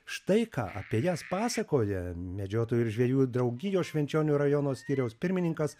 štai ką apie jas pasakoja medžiotojų ir žvejų draugijos švenčionių rajono skyriaus pirmininkas